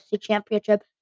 Championship